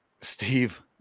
Steve